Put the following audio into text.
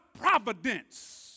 providence